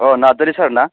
औ नारजारि सार ना